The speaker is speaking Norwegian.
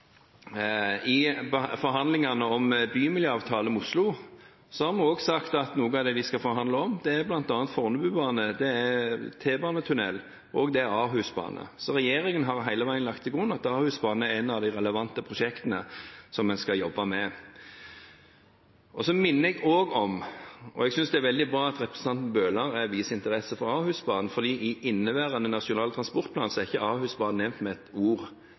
i forhandlingene om bymiljøavtale med Oslo har vi sagt at noe av det vi skal forhandle om, bl.a. er Fornebubanen, T-banetunnel og Ahusbanen. Regjeringen har hele veien lagt til grunn at Ahusbanen er et av de relevante prosjektene som en skal jobbe med. Jeg synes det er veldig bra at representanten Bøhler viser interesse for Ahusbanen. Jeg minner om at i inneværende Nasjonal transportplan er ikke Ahusbanen nevnt med ett ord